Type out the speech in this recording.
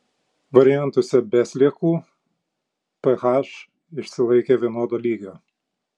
variantuose be sliekų ph išsilaikė vienodo lygio